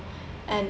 and